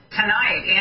tonight